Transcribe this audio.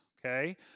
okay